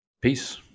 Peace